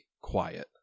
quiet